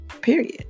Period